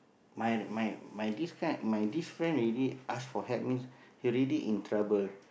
my my my this kind my this friend already ask for help means he already in trouble